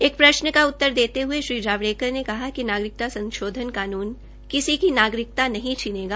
एक प्रश्न का उत्तर देते हये श्री जावड़ेकर ने कहा कि नागरिकता संशोधन कानून किसी की नागरिकता नहीं छीनेगा